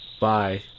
Bye